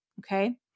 okay